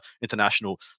international